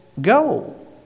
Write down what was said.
Go